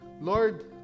Lord